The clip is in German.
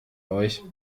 euch